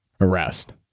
arrest